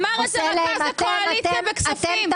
אמר את זה מרכז הקואליציה בוועדת הכספים.